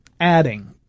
adding